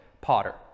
potter